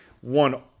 one